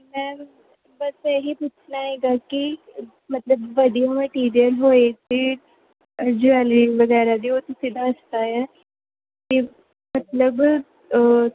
ਮੈਂ ਬੱਸ ਇਹ ਹੀ ਪੁੱਛਣਾ ਹੈਗਾ ਕਿ ਮਤਲਬ ਵਧੀਆ ਮਟੀਰੀਅਲ ਹੋਵੇ ਅਤੇ ਜੂਐਲਰੀ ਵਗੈਰਾ ਦੀ ਉਹ ਤੁਸੀਂ ਦੱਸਤਾ ਹੈ ਅਤੇ ਮਤਲਬ